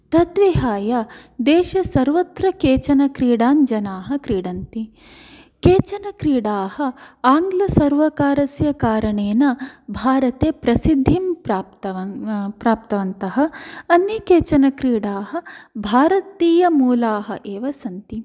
तद्विहाय देशे सर्वत्र केचन क्रीडाञ्जनाः क्रीडन्ति केचन क्रीडाः आङ्गलसर्वकारस्य कारणेन भारते प्रसिद्धिं प्राप्तवान् प्राप्तवन्तः अन्ये केचन क्रीडाः भारतीय मूलाः एव सन्ति